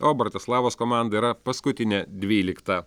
o bratislavos komanda yra paskutinė dvylikta